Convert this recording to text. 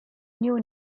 new